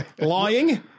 Lying